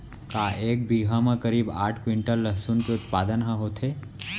का एक बीघा म करीब आठ क्विंटल लहसुन के उत्पादन ह होथे?